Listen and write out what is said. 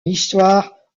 histoire